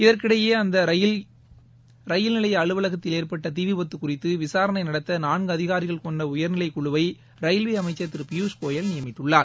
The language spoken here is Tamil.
இதற்கிடையே நிலைய அலுவலகத்தில் அந்தரயில் ஏற்பட்டதீவிபத்துகுறித்துவிசாரணைநடத்தநான்குஅதிகாரிகள் கொண்டஉயர்நிலைக்குழுவைரயில்வேஅமைச்சர் திருபியூஷ் கோயல் நியமித்துள்ளார்